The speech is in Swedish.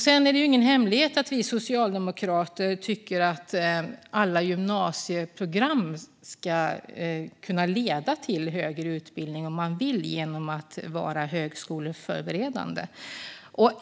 Det är ingen hemlighet att vi socialdemokrater tycker att alla gymnasieprogram genom att vara högskoleförberedande ska kunna leda till högre utbildning för den som vill.